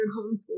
homeschool